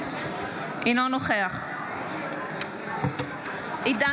אינו נוכח עידן